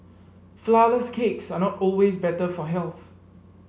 flourless cakes are not always better for health